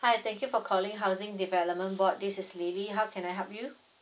hi thank you for calling housing development board this is lily how can I help you